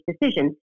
decision